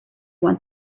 want